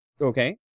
Okay